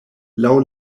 laŭ